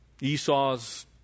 Esau's